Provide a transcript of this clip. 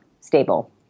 stable